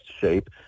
shape